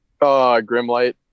Grimlight